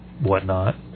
whatnot